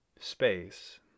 space